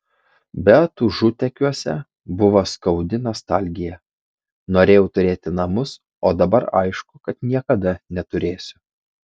bet užutekiuose buvo skaudi nostalgija norėjau turėti namus o dabar aišku kad niekada neturėsiu